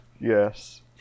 yes